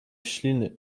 śliny